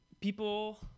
people